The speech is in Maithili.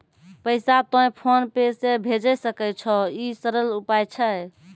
पैसा तोय फोन पे से भैजै सकै छौ? ई सरल उपाय छै?